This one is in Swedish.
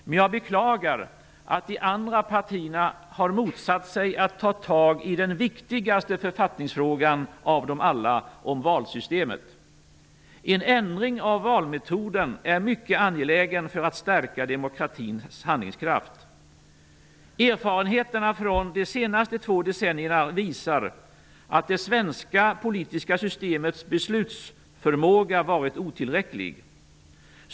Men jag beklagar att de andra partierna har motsatt sig att ta tag i den viktigaste författningsfrågan av alla -- om valsystemet. En ändring av valmetoden är mycket angelägen för att stärka demokratins handlingskraft. Erfarenheter från de senaste två decennierna visar att det svenska politiska systemets beslutsförmåga varit otillräcklig.